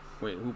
Wait